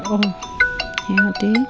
সিহঁতে